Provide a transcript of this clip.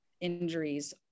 injuries